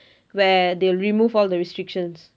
where they remove all the restrictions